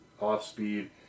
off-speed